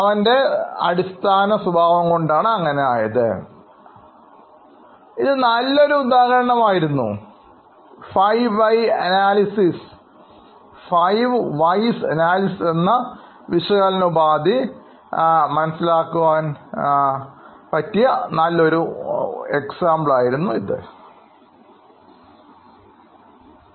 അവൻറെ സ്വഭാവം കൊണ്ടാണ് അങ്ങനെ ആയത് എന്ന ഉത്തരത്തിലേക്ക്എത്തിച്ചേരാൻ പറ്റി ഇത് നല്ലൊരു ഉദാഹരണമായിരുന്നു 5 വൈസ് അനാലിസിസ് എന്ന വിശകലന ഇവിടെ ഉപാധിയുടെ താങ്ക്യൂ